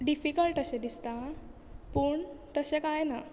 difficult अशें दिसता पूण तशें कांय ना